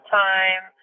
time